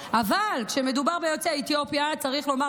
אבל כשמדובר ביוצאי אתיופיה צריך לומר